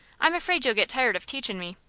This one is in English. i'm afraid you'll get tired of teachin' me.